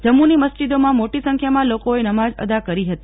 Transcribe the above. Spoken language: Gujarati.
જમ્મુની મસ્જીદોમાં મોટી સંખ્યામાં લોકોએ નમાજ અદા કરી હતી